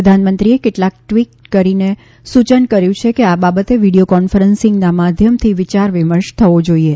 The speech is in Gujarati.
પ્રધાનમંત્રીએ કેટલાક ટ્વીટ કરીને સૂચન કર્યું છે કે આ બાબતે વીડિયો કોન્ફરન્સિંગના માધ્યમથી વિયાર વિમર્શ થવો જોઈએ